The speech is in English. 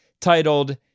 titled